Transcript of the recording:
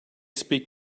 speak